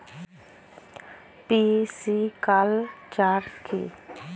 Pisciculture কি?